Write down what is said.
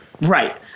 Right